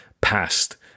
past